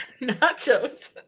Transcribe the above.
Nachos